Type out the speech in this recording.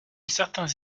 certains